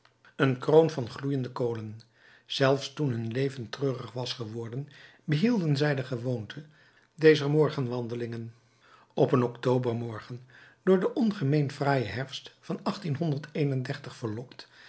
een kroon van gloeiende kolen zelfs toen hun leven treurig was geworden behielden zij de gewoonte dezer morgenwandelingen op een october morgen door den ongemeen fraaien herfst van verlokt